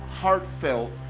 heartfelt